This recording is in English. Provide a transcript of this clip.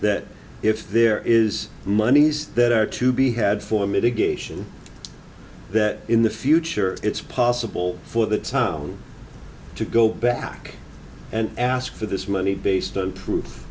that if there is monies that are to be had for mitigation that in the future it's possible for the town to go back and ask for this money based on